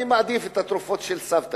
אני מעדיף תרופות סבתא,